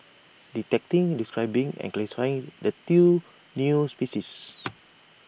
detecting describing and classifying the two new species